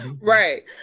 Right